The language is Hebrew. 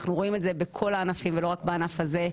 אנחנו רואים את זה בכל הענפים ולא רק בענף הזה.